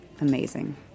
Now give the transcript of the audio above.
amazing